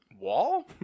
Wall